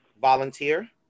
volunteer